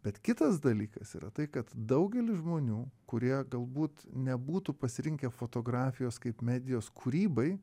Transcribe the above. bet kitas dalykas yra tai kad daugelis žmonių kurie galbūt nebūtų pasirinkę fotografijos kaip medijos kūrybai